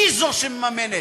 היא זו שמממנת.